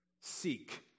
seek